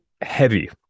heavy